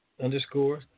Underscore